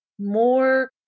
more